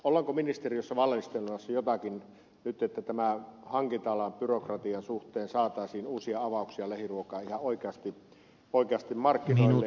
ollaanko ministeriössä valmistelemassa jotakin nyt että tämän hankinta alan byrokratian suhteen saataisiin uusia avauksia lähiruokaa ihan oikeasti markkinoille